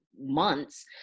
months